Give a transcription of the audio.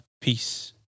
peace